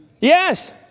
Yes